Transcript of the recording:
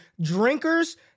drinkers